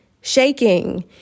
shaking